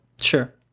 Sure